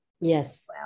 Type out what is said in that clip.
Yes